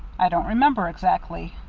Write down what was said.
i don't remember exactly.